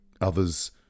others